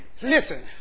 listen